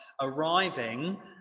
arriving